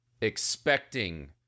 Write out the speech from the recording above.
expecting